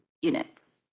units